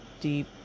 deep